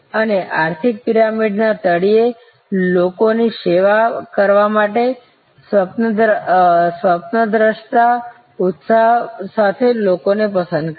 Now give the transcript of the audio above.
અને આર્થિક પિરામિડના તળિયે લોકોની સેવા કરવા માટે સ્વપ્નદ્રષ્ટા ઉત્સાહ સાથે લોકોને પસંદ કરો